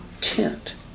tent